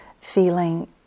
feeling